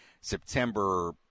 September